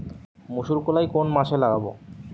মুসুরকলাই কোন মাসে লাগাব?